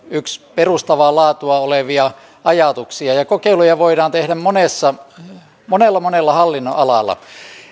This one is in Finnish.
perustavaa laatua olevia ajatuksia kokeiluja voidaan tehdä monella monella hallinnonalalla